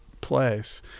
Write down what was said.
place